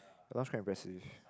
that one is quite impressive